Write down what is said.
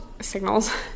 signals